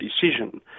decision